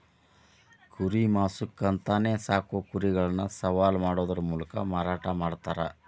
ಕುರಿ ಮಾಂಸಕ್ಕ ಅಂತಾನೆ ಸಾಕೋ ಕುರಿಗಳನ್ನ ಸವಾಲ್ ಮಾಡೋದರ ಮೂಲಕ ಮಾರಾಟ ಮಾಡ್ತಾರ